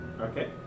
Okay